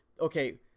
okay